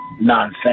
nonsense